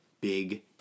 big